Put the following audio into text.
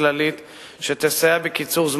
תאפשרו לו